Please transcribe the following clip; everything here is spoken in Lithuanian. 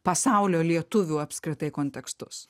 pasaulio lietuvių apskritai kontekstus